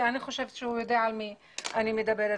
ואני חושבת שהוא יודע על מי אני מדברת.